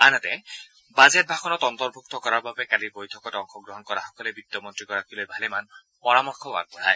আনহাতে বাজেট ভাষণত অন্তৰ্ভুক্ত কৰাৰ বাবে কালিৰ বৈঠকত অংশগ্ৰহণ কৰাসকলে বিত্তমন্ত্ৰীগৰাকীলৈ ভালেমান পৰামৰ্শও আগবঢ়ায়